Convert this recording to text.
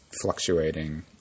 fluctuating